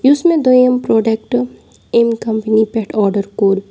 یُس مےٚ دۄیِم پرٛوڈٮ۪کٹ اَمۍ کَمپٔنی پٮ۪ٹھ آڈر کوٚر